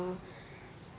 so